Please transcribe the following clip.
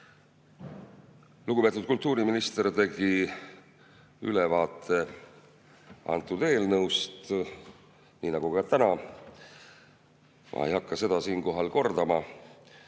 Lugupeetud kultuuriminister tegi ülevaate eelnõust, nii nagu ta tegi ka täna, ma ei hakka seda siinkohal kordama.